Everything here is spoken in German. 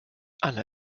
alle